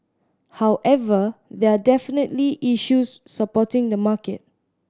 however there are definitely issues supporting the market